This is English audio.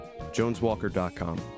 Joneswalker.com